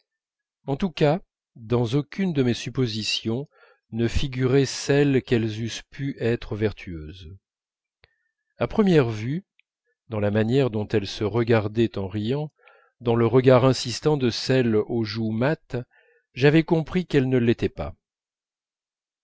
en tous cas dans aucune de mes suppositions ne figurait celle qu'elles eussent pu être vertueuses à première vue dans la manière dont elles se regardaient en riant dans le regard insistant de celle aux joues mates j'avais compris qu'elles ne l'étaient pas